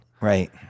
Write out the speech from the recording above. Right